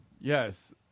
Yes